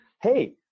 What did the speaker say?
Hey